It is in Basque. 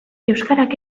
euskarak